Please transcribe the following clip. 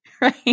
Right